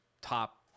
top